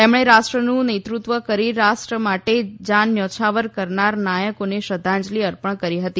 તેમણે રાષ્ટ્રનું નેતૃત્વ કરી રાષ્ટ્ર માટે જાન ન્યોછાવર કરનાર નાયકોને શ્રદ્ધાંજલિ અર્પણ કરી હતી